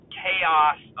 chaos